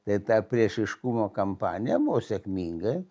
tai ta priešiškumo kampanija buvo sėkminga